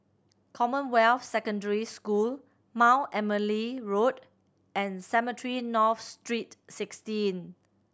Commonwealth Secondary School Mount Emily Road and Cemetry North Street Sixteen